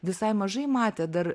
visai mažai matė dar